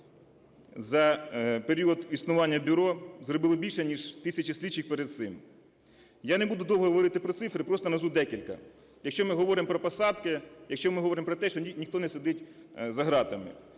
за період існування бюро зробили більше, ніж тисячі слідчих перед цим. Я не буду довго говорити про цифри, просто назву декілька. Якщо ми говоримо про посадки, якщо ми говоримо про те, що ніхто не сидить за ґратами.